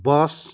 bus